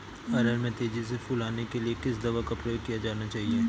अरहर में तेजी से फूल आने के लिए किस दवा का प्रयोग किया जाना चाहिए?